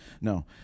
No